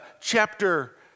chapter